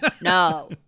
no